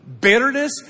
Bitterness